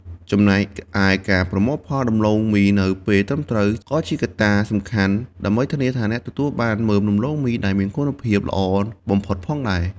ចំណែកឯការប្រមូលផលដំឡូងមីនៅពេលត្រឹមត្រូវ ក៏ជាកត្តាសំខាន់ដើម្បីធានាថាអ្នកទទួលបានមើមដំឡូងមីដែលមានគុណភាពល្អបំផុតផងដែរ។